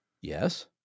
Yes